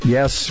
Yes